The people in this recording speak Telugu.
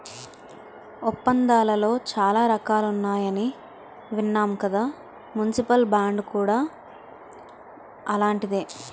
ఒప్పందాలలో చాలా రకాలున్నాయని విన్నాం కదా మున్సిపల్ బాండ్ కూడా అలాంటిదే